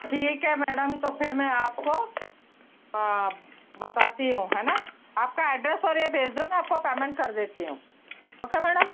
ठीक है मैडम तो फिर मैं आपको बताती हूँ है ना आपका एड्रेस और ये भेज दो मैं आपको पेमेंट कर देती हूँ ओके मैडम